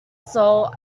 sol